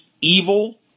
evil